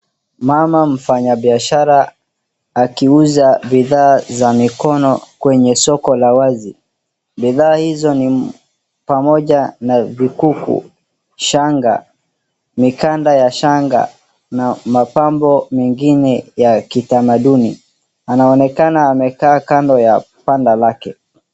Mama mfanyabiashara aikuza bidhaa za mikono kwenye soko la wazi. Bidhaa hizo ni pamoja na vikuku, shanga, mikanda ya shanga na mapambo mengine ya kitamaduni. Anaonekana amekaa kando ya banda lake.